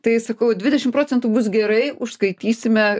tai sakau dvidešim procentų bus gerai užskaitysime